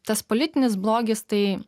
tas politinis blogis tai